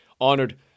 honored